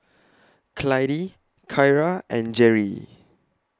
Clydie Kyra and Jerry